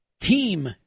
team